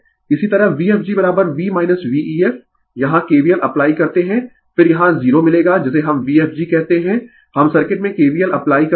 इसी तरह Vfgv V ef यहाँ kvl अप्लाई करते है फिर यहाँ 0 मिलेगा जिसे हम Vfg कहते है हम सर्किट में kvl अप्लाई करते है